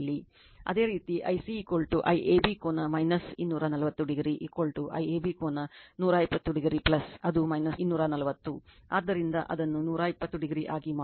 ಅದೇ ರೀತಿ I C IAB ಕೋನ 240o IAB ಕೋನ 120o ಅದು 240 ಆದ್ದರಿಂದ ಅದನ್ನು 120oಆಗಿ ಮಾಡುತ್ತದೆ